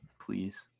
please